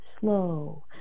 slow